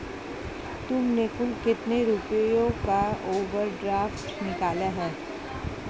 तुमने कुल कितने रुपयों का ओवर ड्राफ्ट निकाला है?